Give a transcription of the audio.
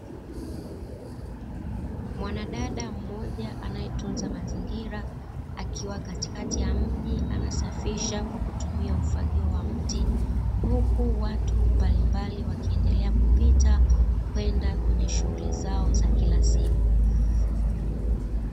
Mwanadada mmoja anayetunza mazingira akiwa katikati ya mji anasafisha kwa kutumia mfagio wa mti, huku watu mbalimbali wakiendelea kupita kwenda jwenye shughuli zao za kila siku.